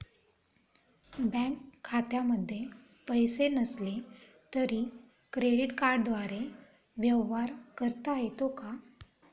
Bank खात्यामध्ये पैसे नसले तरी क्रेडिट कार्डद्वारे व्यवहार करता येतो का?